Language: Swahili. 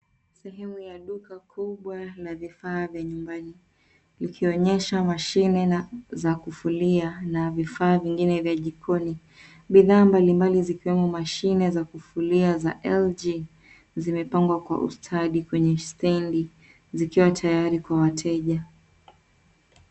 Eneo ya duka kubwa yenye vifaa vya nyumbani, likionyesha mashine za kufulia na vifaa vingine vya jikoni. Bidhaa mbalimbali zikiwemo mashine za kufulia za LG zimepangwa kwa ustadi zikiwa tayari kwa wateja.